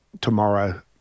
tomorrow